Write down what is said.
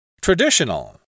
Traditional